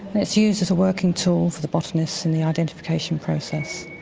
it's used as a working tool for the botanists in the identification process.